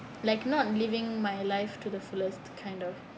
like not living my life to the fullest kind of